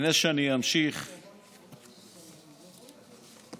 לפני שאני אמשיך ואספר לכם, פשוט אני